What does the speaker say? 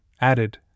added